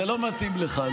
זה לא מתאים לך.